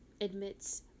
admits